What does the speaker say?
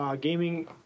Gaming